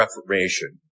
Reformation